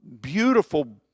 beautiful